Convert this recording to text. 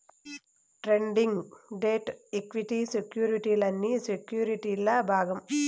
trading, debt, equity సెక్యుర్టీలన్నీ సెక్యుర్టీల్ల భాగం